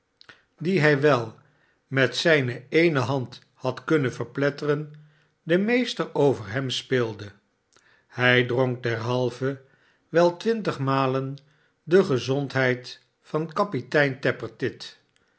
dien hij wel met zijne eene hand had kunnen verpletteren den meester over hem speelde hij dronk derhalve wel twintig malen de gezondheid van kapitein tappertit